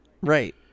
Right